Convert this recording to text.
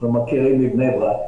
אנחנו מכירים מבני ברק.